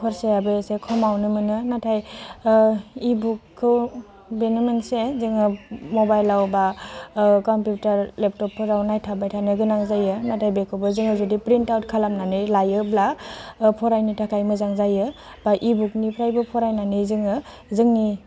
खरसायाबो एसे खमावनो मोनो नाथाय इबुकखौ बेनो मोनसे जोङो मबाइलाव बा कम्पुटार लेपटपफोराव नायथाबबाय थानो गोनां जायो नाथाय बेखौबो जोङो जुदि प्रिनआवट खालामनानै लायोब्ला फरायनो थाखाय मोजां जायो बा इबुकनिफ्रायबो फरायनानै जोङो जोंनि